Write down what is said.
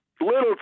little